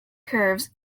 curves